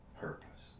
purpose